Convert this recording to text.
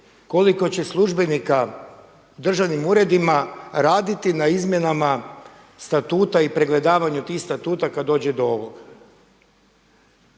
koliko će službenika u državnim uredima raditi na izmjenama Statuta i pregledavanju tih statuta kad dođe do ovog.